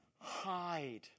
hide